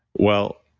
well,